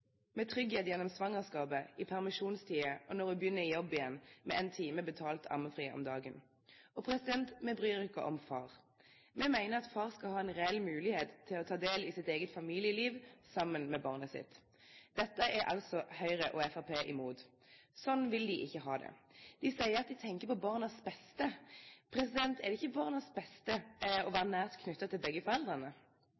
med trygghet gjennom svangerskapet, i permisjonstiden, og når hun begynner i jobb igjen, med en time betalt ammefri om dagen. Og vi bryr oss om far. Vi mener at far skal ha en reell mulighet til å ta del i sitt eget familieliv sammen med barnet sitt. Dette er altså Høyre og Fremskrittspartiet imot. Sånn vil de ikke ha det. De sier at de tenker på barnas beste. Er det ikke